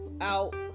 out